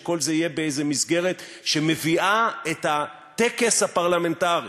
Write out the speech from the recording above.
שכל זה יהיה באיזה מסגרת שמביאה את הטקס הפרלמנטרי,